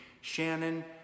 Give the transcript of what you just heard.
Shannon